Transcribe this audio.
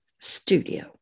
studio